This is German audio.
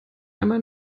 einmal